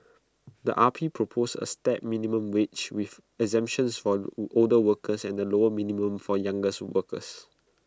the R P proposed A stepped minimum wage with exemptions for older workers and A lower minimum for workers